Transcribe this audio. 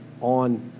on